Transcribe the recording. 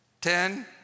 Ten